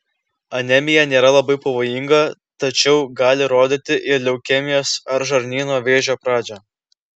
anemija nėra labai pavojinga tačiau gali rodyti ir leukemijos ar žarnyno vėžio pradžią